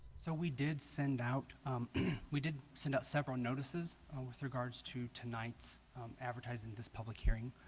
so we did send out we did send out several notices with regards to tonight's advertising this public hearing